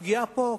הפגיעה פה,